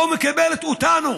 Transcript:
לא מקבלת אותנו